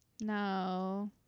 No